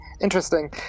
Interesting